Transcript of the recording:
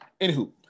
Anywho